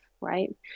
right